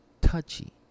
touchy